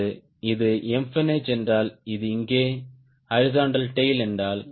இது எம்பெனேஜ் என்றால் இது இங்கே ஹாரிஸ்ன்ட்டல் டேய்ல் என்றால்